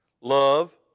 Love